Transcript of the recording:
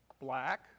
black